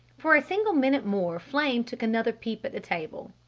for a single minute more flame took another peep at the table.